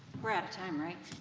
we're out of time, right?